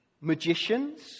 magicians